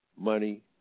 Money